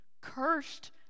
Cursed